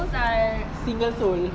single sole